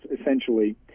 essentially